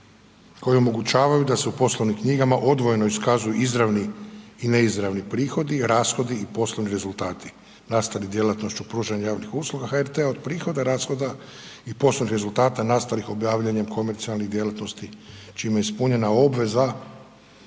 koje omogućavaju da se u poslovnim knjigama odvojeno iskazuju izravni i neizravni prihodi, rashodi i poslovni rezultati nastali djelatnošću pružanja javnih usluga HRT-a od prihoda, rashoda i poslovnih rezultata nastalih obavljanjem komercijalnih djelatnosti čime je ispunjene obveza